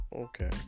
Okay